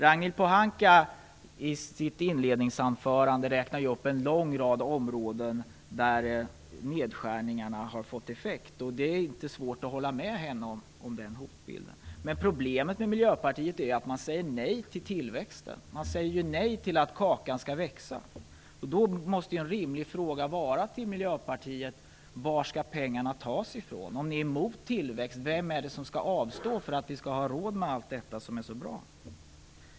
Ragnhild Pohanka räknade i sitt inledningsanförande upp en lång rad områden där nedskärningarna har fått effekt. Det är inte svårt att hålla med henne om den hotbilden. Men problemet med Miljöpartiet är att man säger nej till tillväxten, man säger nej till att kakan skall växa. Då måste en rimlig fråga till Miljöpartiet bli: Varifrån skall pengarna tas? Om ni är emot tillväxt - vem är det då som skall avstå för att vi skall ha råd med allt detta som är så bra?